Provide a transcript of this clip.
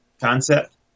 concept